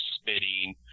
spitting